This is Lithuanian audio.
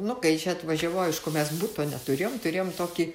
nu kai čia atvažiavau aišku mes buto neturėjom turėjom tokį